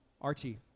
Archie